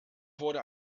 wurde